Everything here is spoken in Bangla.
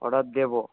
অর্ডার দেব